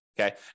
Okay